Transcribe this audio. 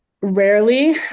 Rarely